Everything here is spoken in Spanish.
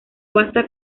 basta